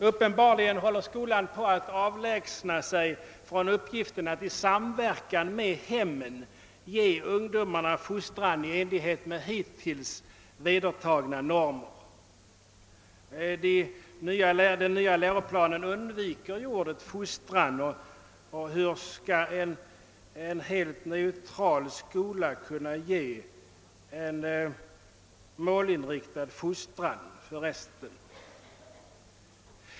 Uppenbarligen håller skolan på att avlägsna sig från uppgiften att i samverkan med hemmen ge ungdomarna fostran i enlighet med hittills vedertagna normer. Den nya läroplanen undviker ordet fostran, och hur skall för resten en helt neutral skola kunna ge en målinriktad fostran?